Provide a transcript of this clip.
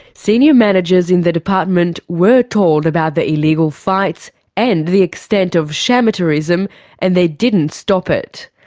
senior managers in the department were told about the illegal fights and the extent of shamateurism and they didn't stop it.